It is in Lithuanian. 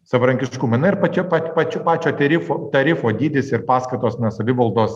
savarankiškumą na ir čia pat pačių pačio tarifo tarifo dydis ir paskatos savivaldos